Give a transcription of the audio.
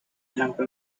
blanco